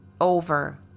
Over